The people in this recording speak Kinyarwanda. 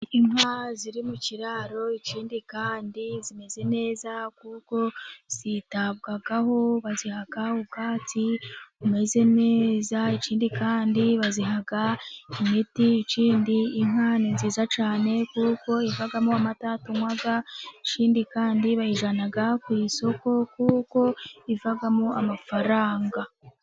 Inka ziri mu kiraro. Ikindi kandi zimeze neza kuko zitabwaho, baziha ubwatsi bumeze neza. Ikindi kandi baziha imiti . Ikindi inka ni nziza cyane kuko ivamo amata tunywa. Ikindi kandi bayijyana ku isoko kuko ivamo amafaranga.